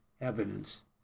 evidence